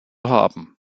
haben